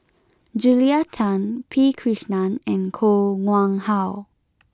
Julia Tan P Krishnan and Koh Nguang How